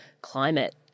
climate